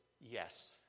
yes